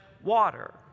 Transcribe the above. water